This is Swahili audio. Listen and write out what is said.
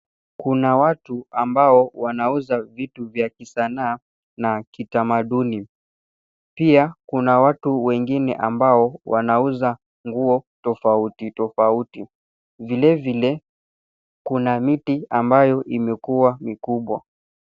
Kuna watu ambao wanauza vitu vya kisasa na kitamaduni . Pia kuna watu wengine ambao wanauza nguo tofauti tofauti . Vile vile, kuna miti ambayo imekuwa mikubwa.